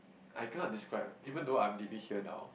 I cannot describe even though I'm living here now